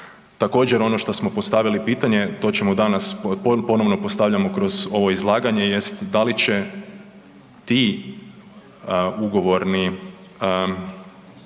Također, ono što smo postavili pitanje, to ćemo danas, ponovno postavljamo kroz ovo izlaganje jest, da li će ti ugovorni